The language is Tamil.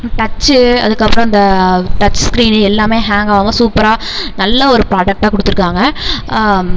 டச்சு அதுக்கப்புறம் இந்த டச் ஸ்கிரீனு எல்லாமே ஹேங் ஆகாம சூப்பராக நல்ல ஒரு ப்ராடெக்ட்டாக கொடுத்துருக்காங்க